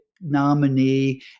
nominee